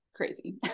crazy